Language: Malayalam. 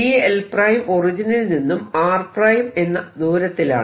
dl′ ഒറിജിനിൽ നിന്നും r′ എന്ന ദൂരത്തിലാണ്